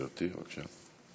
גברתי, עוד שאלה?